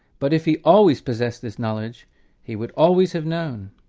but if he always possessed this knowledge he would always have known,